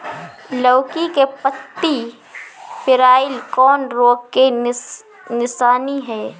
लौकी के पत्ति पियराईल कौन रोग के निशानि ह?